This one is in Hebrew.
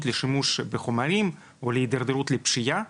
לשימוש בחומרים או להתדרדרות לפשיעה.